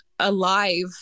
Alive